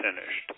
finished